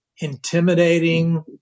intimidating